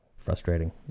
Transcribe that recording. frustrating